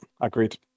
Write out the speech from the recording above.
agreed